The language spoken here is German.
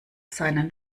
seinen